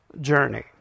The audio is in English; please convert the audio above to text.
journey